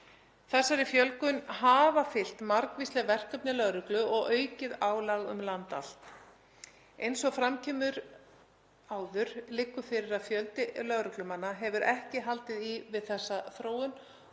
Þessari fjölgun hafa fylgt margvísleg verkefni lögreglu og aukið álag um land allt. Eins og fram kemur áður liggur fyrir að fjöldi lögreglumanna hefur ekki haldið í við þessa þróun